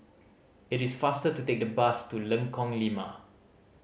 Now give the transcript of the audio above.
it is faster to take the bus to Lengkong Lima